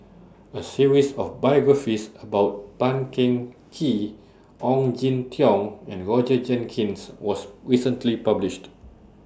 A series of biographies about Tan Teng Kee Ong Jin Teong and Roger Jenkins was recently published